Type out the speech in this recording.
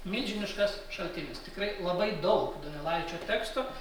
milžiniškas šaltinis tikrai labai daug donelaičio teksto